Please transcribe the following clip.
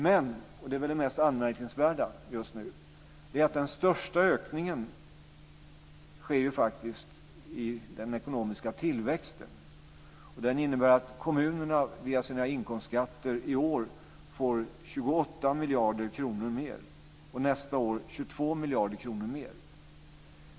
Men, och det är väl det mest anmärkningsvärda just nu, den största ökningen sker faktiskt när det gäller den ekonomiska tillväxten, och den innebär att kommunerna via sina inkomstskatter i år får 28 miljarder kronor mer och nästa år 22 miljarder kronor mer.